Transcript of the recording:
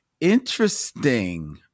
interesting